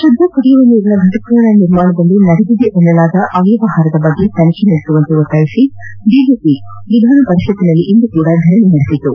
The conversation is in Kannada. ಶುದ್ದ ಕುಡಿಯುವ ನೀರಿನ ಘಟಕಗಳ ನಿರ್ಮಾಣದಲ್ಲಿ ನಡೆದಿದೆ ಎನ್ನಲಾದ ಅವ್ಯವಹಾರದ ಬಗ್ಗೆ ತನಿಖೆ ನಡೆಸುವಂತೆ ಒತ್ತಾಯಿಸಿ ಬಿಜೆಪಿ ವಿಧಾನಪರಿಷತ್ತಿನಲ್ಲಿ ಇಂದು ಕೂಡಾ ಧರಣಿ ನಡೆಸಿತು